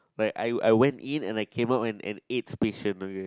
like I I went in and I came out an an aids patient okay